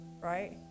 right